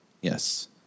Yes